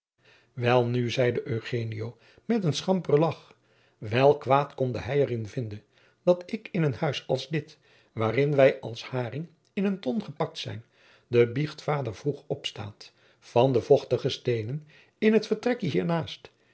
welnu zeide eugenio met een schamperen lagch welk kwaad konde hij er in vinden dat in een huis als dit waarin wij als haring in een ton gepakt zijn de biechtvader vroeg opstaat van de vochtige steenen in het vertrekje hiernaast